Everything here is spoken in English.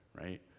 right